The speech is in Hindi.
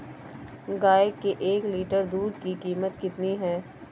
गाय के एक लीटर दूध की कीमत कितनी है?